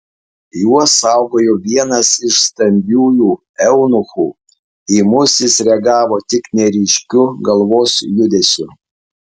juos saugojo vienas iš stambiųjų eunuchų į mus jis reagavo tik neryškiu galvos judesiu